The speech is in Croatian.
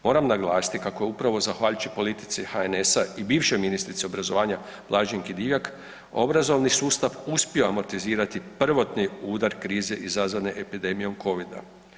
Moram naglasiti kako je upravo zahvaljujući politici HNS-a i bivšoj ministrici obrazovanja Blaženki Divjak obrazovni sustav uspio amortizirati prvotni udar krize izazvan epidemijom Covida.